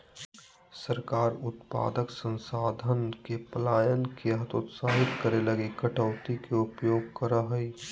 सरकार उत्पादक संसाधन के पलायन के हतोत्साहित करे लगी कटौती के उपयोग करा हइ